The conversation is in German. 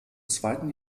zweiten